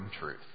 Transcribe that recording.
truth